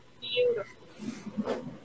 Beautiful